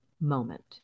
moment